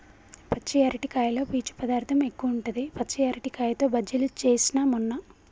పచ్చి అరటికాయలో పీచు పదార్ధం ఎక్కువుంటది, పచ్చి అరటికాయతో బజ్జిలు చేస్న మొన్న